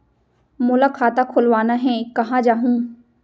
मोला खाता खोलवाना हे, कहाँ जाहूँ?